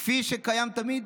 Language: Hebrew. כפי שקיים תמיד.